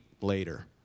later